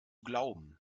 glauben